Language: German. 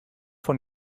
von